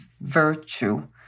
virtue